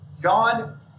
God